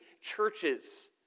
churches